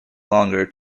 longer